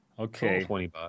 Okay